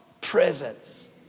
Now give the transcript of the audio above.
presence